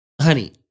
honey